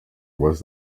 was